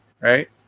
right